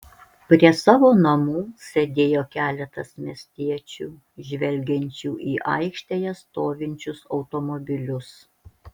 prie savo namų sėdėjo keletas miestiečių žvelgiančių į aikštėje stovinčius automobilius